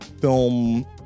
film